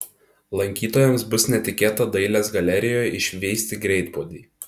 lankytojams bus netikėta dailės galerijoje išvysti greitpuodį